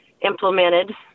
implemented